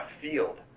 field